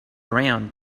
around